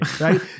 right